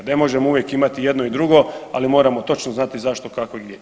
Ne možemo uvijek imati i jedno i drugo, ali moramo točno znati zašto, kako i gdje.